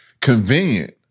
convenient